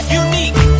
unique